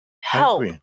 Help